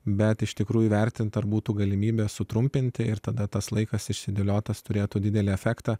bet iš tikrųjų įvertinti ar būtų galimybė sutrumpinti ir tada tas laikas išsidėliotas turėtų didelį efektą